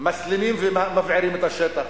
מסלימים ומבעירים את השטח.